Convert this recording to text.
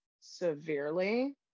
severely